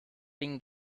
been